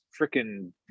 freaking